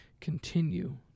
continue